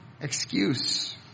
excuse